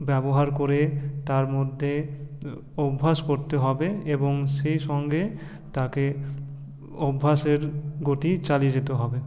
ব্যবহার করে তার মধ্যে অভ্যাস করতে হবে এবং সেই সঙ্গে তাকে অভ্যাসের গতি চালিয়ে যেতে হবে